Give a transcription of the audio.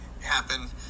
happen